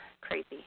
crazy